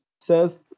says